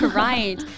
right